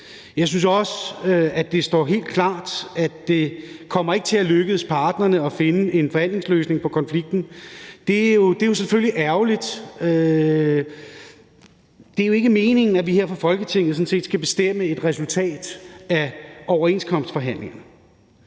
Jeg synes, at det står helt klart, at det ikke kommer til at lykkes parterne at finde en forhandlingsløsning på konflikten. Det er selvfølgelig ærgerligt. Det er jo ikke meningen, at vi her fra Folketingets side sådan set skal bestemme et resultat af en overenskomstforhandling.